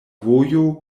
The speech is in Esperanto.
vojo